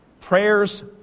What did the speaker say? Prayers